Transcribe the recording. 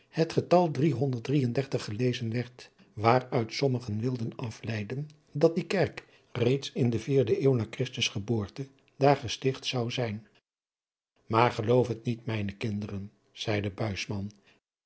het getal gelezen werd waaruit sommigen wilden afleiden dat die kerk reeds in de vierde eeuw na christus geboorte daar gesticht zou zijn maar geloof het niet mijne kinderen zeide